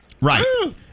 Right